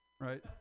right